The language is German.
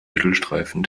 mittelstreifen